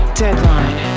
deadline